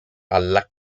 alla